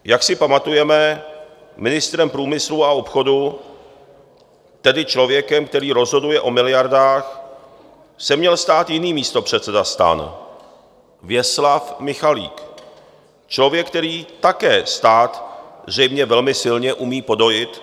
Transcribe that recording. Jak si pamatujeme, ministrem průmyslu a obchodu, tedy člověkem, který rozhoduje o miliardách, se měl stát jiný místopředseda STAN, Věslav Michalik, člověk, který také stát zřejmě velmi silně umí podojit.